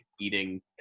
eating